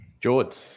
George